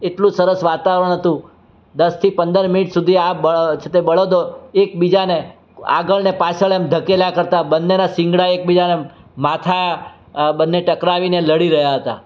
એટલું સરસ વાતાવરણ હતું દસથી પંદર મિનિટ સુધી આ છે તે બળદો એકબીજાને આગળ ને પાછળ એમ ધકેલ્યા કરતા બંનેનાં શિંગડા એકબીજાને માથા બંને ટકરાવીને લડી રહ્યા હતા